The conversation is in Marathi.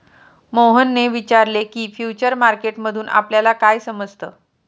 मोहनने विचारले की, फ्युचर मार्केट मधून आपल्याला काय समजतं?